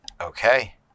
Okay